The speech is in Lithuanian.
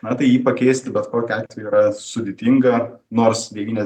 na tai jį pakeisti bet kokiu atveju yra sudėtinga nors devynia